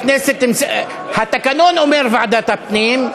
התקנון אומר ועדת הפנים.